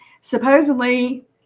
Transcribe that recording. supposedly